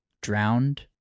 drowned